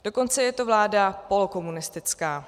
Dokonce je to vláda polokomunistická.